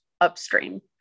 upstream